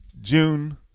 June